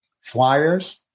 flyers